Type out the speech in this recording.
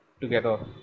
together